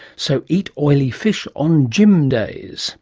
so eat oily fish on gym days